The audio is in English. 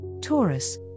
Taurus